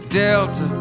delta